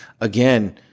again